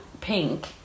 pink